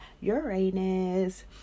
uranus